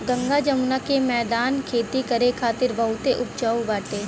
गंगा जमुना के मौदान खेती करे खातिर बहुते उपजाऊ बाटे